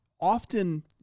often